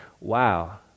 Wow